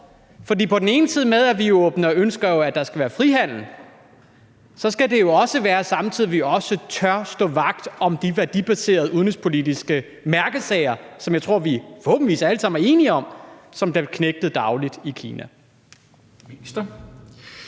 På den ene side ønsker vi, at der skal være frihandel, og på den anden side skal det også være sådan, at vi tør stå vagt om de værdibaserede udenrigspolitiske mærkesager, som jeg tror vi, forhåbentlig, alle sammen er enige om bliver knægtet dagligt i Kina.